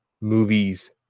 movies